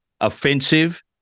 offensive